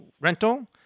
rental